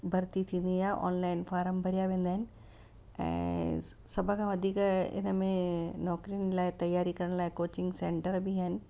भरती थींदी आहे ऑनलाइन फॉर्म भरिया वेंदा आहिनि ऐं सभ खां वधीक इन में नौकरियुनि लाइ त तयारी करण लाइ कोचिंग सैंटर बि आहिनि